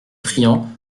friant